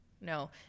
No